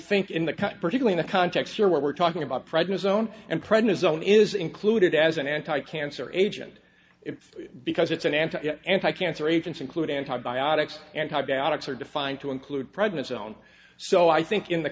think in the particular in the context sure what we're talking about prednisolone and prednisone is included as an anti cancer agent it's because it's an anti anticancer agents include antibiotics antibiotics are defined to include pregnant sound so i think in the